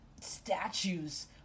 statues